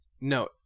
no